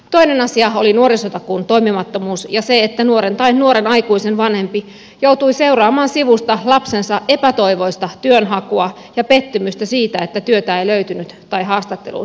toinen asia oli nuorisotakuun toimimattomuus ja se että nuoren tai nuoren aikuisen vanhempi joutui seuraamaan sivusta lapsensa epätoivoista työnhakua ja pettymystä siitä että työtä ei löytynyt tai haastatteluun ei päässyt